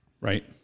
Right